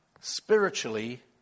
spiritually